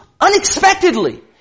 unexpectedly